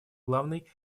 главной